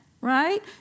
Right